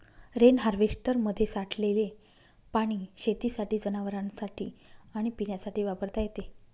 rain हार्वेस्टरमध्ये साठलेले पाणी शेतीसाठी, जनावरांनासाठी आणि पिण्यासाठी वापरता येते